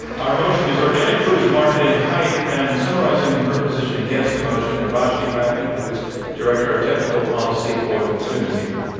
our motion is organic food is marketing hype. and summarizing her position against the motion is urvashi rangan who is director of tec hnical policy for the consumers union.